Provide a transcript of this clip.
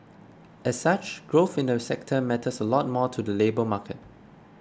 as such growth in the sector matters a lot more to the labour market